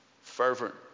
Fervent